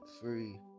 free